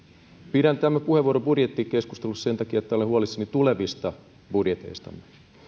pidän tämän puheenvuoron budjettikeskustelussa sen takia että olen huolissani tulevista budjeteistamme